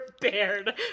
prepared